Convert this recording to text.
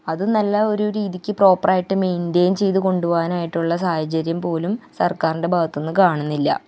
അത് നല്ല ഒരു രീതിക്ക് പ്രോപ്പറായിട്ട് മെയിന്റെയിന് ചെയ്ത് കൊണ്ട് പോവാനായിട്ടുള്ള സാഹചര്യം പോലും സര്ക്കാരിന്റെ ഭാഗത്ത് നിന്ന് കാണുന്നില്ല